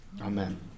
Amen